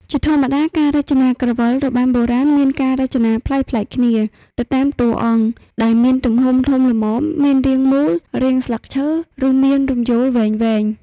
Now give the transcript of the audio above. ជាធម្មតាការរចនាក្រវិលរបាំបុរាណមានការរចនាប្លែកៗគ្នា ទៅតាមតួអង្គ ដែលមានទំហំធំល្មម មានរាងមូល រាងស្លឹកឈើ ឬមានរំយោលវែងៗ។